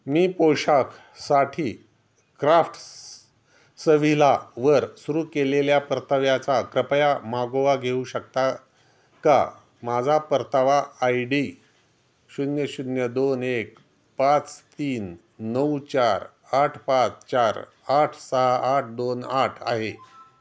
मी पोशाखासाठी क्राफ्टस सविला वर सुरू केलेल्या परताव्याचा कृपया मागोवा घेऊ शकता का माझा परतावा आय डी शून्य शून्य दोन एक पाच तीन नऊ चार आठ पाच चार आठ सहा आठ दोन आठ आहे